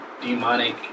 Demonic